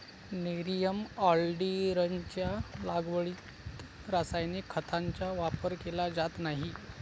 nerium ऑलिंडरच्या लागवडीत रासायनिक खतांचा वापर केला जात नाही